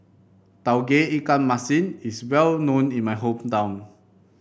Tauge Ikan Masin is well known in my hometown